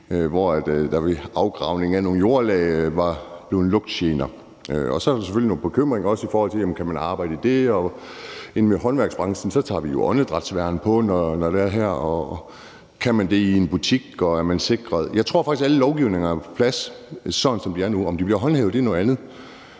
ved afgravning af nogle jordlag var nogle lugtgener, og så er der selvfølgelig nogle bekymringer for, om man kan arbejde i det. Inden for håndværksbranchen tager vi jo åndedrætsværn på, når det er sådan. Kan man det i en butik, og er man sikret? Jeg tror faktisk, at alle lovgivninger er på plads, sådan som de er nu. Om de bliver håndhævet, er noget andet.